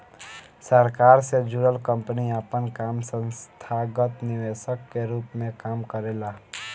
सरकार से जुड़ल कंपनी आपन काम संस्थागत निवेशक के रूप में काम करेला